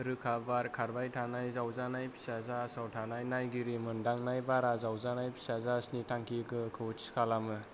रोखा बार खारबाय थानाय जावजानाय फिसा जाहाजाव थानाय नायगिरि मोन्दांनाय बारा जावजानाय फिसा जाहाजनि थांखि गोहोखौ थि खालामो